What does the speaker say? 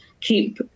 keep